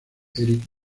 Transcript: erik